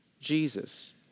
Jesus